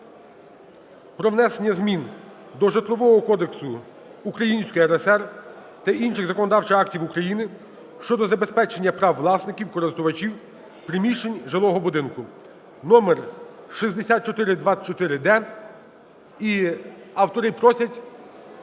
про внесення змін до Житлового кодексу Української РСР та інших законодавчих актів України щодо забезпечення прав власників (користувачів) приміщень жилого будинку (№ 6424-д). І автори просять